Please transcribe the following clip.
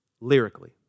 lyrically